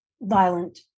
violent